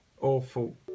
awful